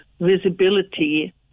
visibility